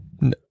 no